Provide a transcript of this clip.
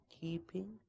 keeping